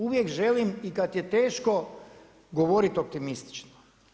Uvijek želim i kad je teško govoriti optimistično.